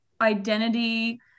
identity